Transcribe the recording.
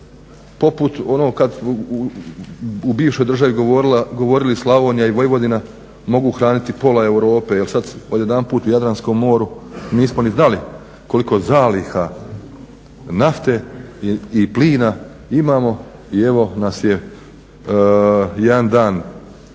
poput ono kad u bivšoj državi govorili Slavonija i Vojvodina mogu hraniti pola Europe jer sad odjedanput u Jadranskom moru nismo ni znali koliko zaliha nafte i plina imamo i evo nas je jedan dan prije